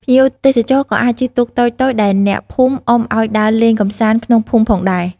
ភ្ញៀវទេសចរណ៍ក៏អាចជិះទូកតូចៗដែលអ្នកភូមិអុំឲ្យដើរលេងកម្សាន្តក្នុងភូមិផងដែរ។